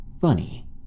funny